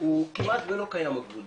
כמעט לא קיים הגבול,